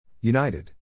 United